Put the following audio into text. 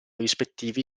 rispettivi